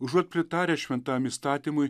užuot pritaręs šventam įstatymui